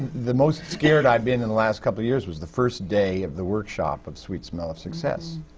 the most scared i've been in the last couple of years was the first day of the workshop of sweet smell of success,